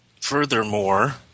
Furthermore